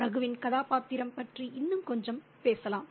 ரகுவின் கதாபாத்திரம் பற்றி இன்னும் கொஞ்சம் பேசலாம்